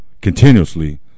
continuously